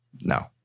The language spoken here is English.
No